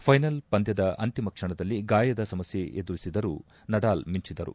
final ಪಂದ್ಯದ ಅಂತಿಮ ಕ್ಷಣದಲ್ಲಿ ಗಾಯದ ಸಮಸ್ಯೆ ಎದುರಿಸಿಯೂ ನಡಾಲ್ ಮಿಂಚಿದರು